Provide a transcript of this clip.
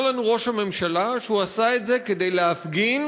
אומר לנו ראש הממשלה שהוא עשה את זה כדי להפגין